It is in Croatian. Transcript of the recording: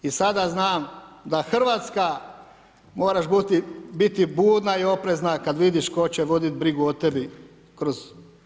I sada znam da Hrvatska moraš biti budna i oprezna kada vidiš tko će voditi brigu o tebi kroz